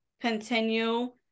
continue